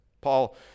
Paul